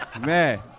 man